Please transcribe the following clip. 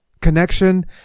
connection